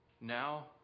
Now